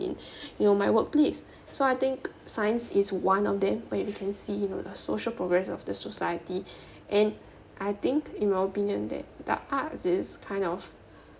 in you know my workplace so I think science is one of them but you can see you know social progress of the society and I think in my opinion that the arts is kind of